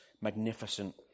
magnificent